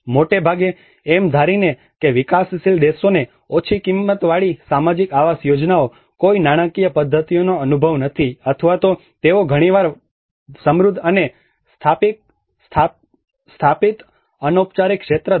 મોટેભાગે એમ ધારીને કે વિકાસશીલ દેશોને ઓછી કિંમતવાળી સામાજિક આવાસ યોજનાઓ કોઈ નાણાંકીય પદ્ધતિઓનો અનુભવ નથી અથવા તો તેઓ ઘણી વાર સમૃદ્ધ અને સ્થાપિત અનૌપચારિક ક્ષેત્ર ધરાવે છે